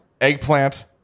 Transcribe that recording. eggplant